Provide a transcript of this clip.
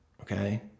Okay